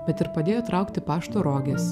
bet ir padėjo traukti pašto roges